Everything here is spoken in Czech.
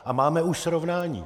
A máme už srovnání.